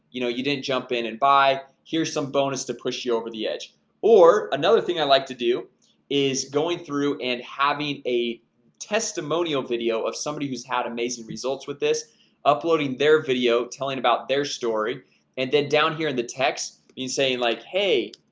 you know, you didn't jump in and buy here's some bonus to push you over the edge or another thing i like to do is going through and having a testimonial video of somebody who's had amazing results with this uploading their video telling about their story and then down here in the text being saying like hey,